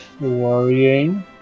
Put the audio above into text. worrying